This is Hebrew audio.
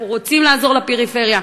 אנחנו רוצים לעזור לפריפריה.